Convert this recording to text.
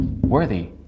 Worthy